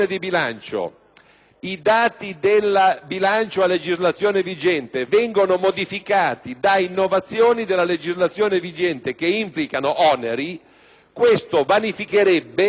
i dati del bilancio a legislazione vigente vengono modificati da innovazioni della legislazione vigente che implicano oneri ciò vanifica la base